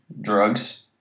drugs